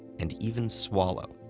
and even swallow.